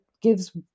gives